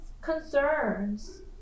concerns